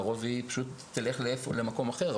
לרוב היא פשוט תלך למקום אחר.